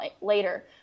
later